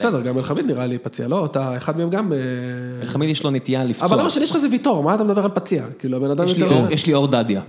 בסדר, גם אלחמיל נראה לי פציע, לא? אתה אחד מהם גם אה... אלחמיל יש לו נטייה לפצוע. אבל למה שלא יש לך איזה ויתור? מה אתה מדבר על פציע? יש לי אור דדיה.